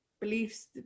beliefs